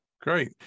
Great